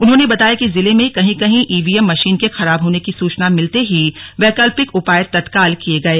उन्होंने बताया कि जिले में कहीं कहीं ईवीएम मशीन के खराब होने की सूचना मिलते ही वैकल्पिक उपाय तत्काल किये गए